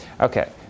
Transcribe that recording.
Okay